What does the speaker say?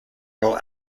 roll